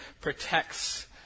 protects